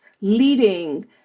leading